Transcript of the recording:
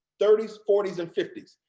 thirty s, forty s and fifty s,